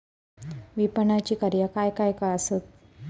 विपणनाची कार्या काय काय आसत?